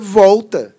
volta